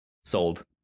sold